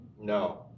No